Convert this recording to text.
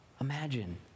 Imagine